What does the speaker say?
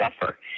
suffer